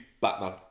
Batman